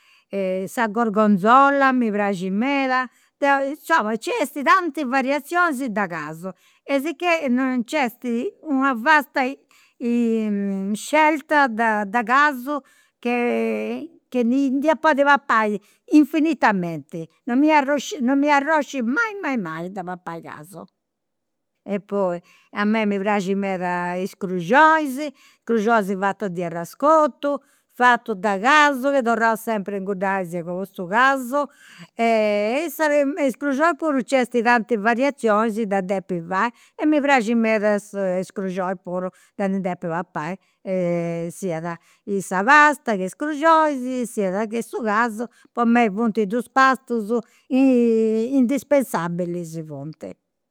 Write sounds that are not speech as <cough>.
E sa gorgonzola mi praxit meda, deu insoma nc'est tanti variazionis de casu e sicchè nc'est una vasta <hesitation> scelta de casu chi nd'ia podi papai infinitamenti. Non mi arrosci <hesitation> non mi arrosci mai mai mai de papai casu. E poi a mei mi praxint meda is cruxonis, cruxonis fatus de arrascotu, fatus de casu, chi torraus sempri ingudanis po custu casu. E <hesitation> is cruxonis puru nc'est tanti variazionis de depi <unintelligible> e mi praxit meda sa <hesitation> is cruxonis puru de ndi depi papai siat in sa pasta che is cruxonis, siat che su casu po mei funt dus pastus indispensabilis funt